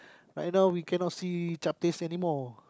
right now we cannot see chaptehs anymore